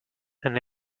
and